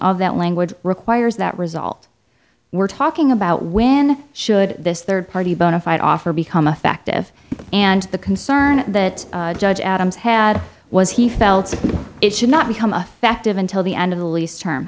of that language requires that result we're talking about when should this third party bona fide offer become affective and the concern that judge adams had was he felt that it should not become affective until the end of the lease term